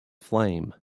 flame